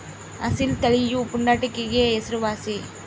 ಅಸೀಲ್ ತಳಿಯು ಪುಂಡಾಟಿಕೆಗೆ ಹೆಸರುವಾಸಿ